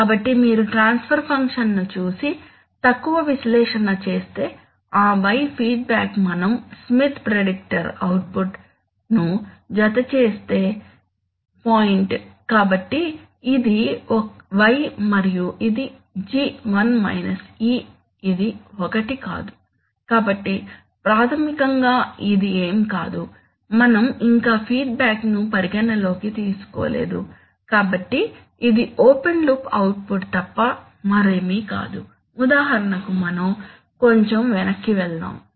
కాబట్టి మీరు ట్రాన్స్ఫర్ ఫంక్షన్ను చూసి తక్కువ విశ్లేషణ చేస్తే ఆ y ఫీడ్బ్యాక్ మనం స్మిత్ ప్రిడిక్టర్ అవుట్పుట్ను జతచేసే పాయింట్ కాబట్టి ఇది y మరియు ఇది G ఇది ఒకటి కాదు కాబట్టి ప్రాథమికంగా ఇది ఏమీ కాదు మనం ఇంకా ఫీడ్బ్యాక్ను పరిగణనలోకి తీసుకోలేదు కాబట్టి ఇది ఓపెన్ లూప్ అవుట్పుట్ తప్ప మరేమీ కాదు ఉదాహరణకు మనం కొంచెం వెనక్కి వెళ్దాం